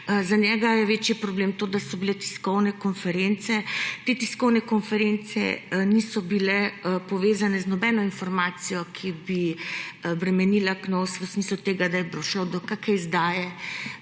Za njega je večji problem to, da so bile tiskovne konference. Te tiskovne konference niso bile povezane z nobeno informacijo, ki bi bremenila Knovs v smislu tega, da je prišlo do kakšne izdaje